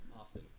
Austin